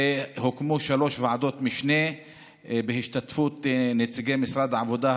והוקמו שלוש ועדות משנה בהשתתפות נציגי משרד העבודה,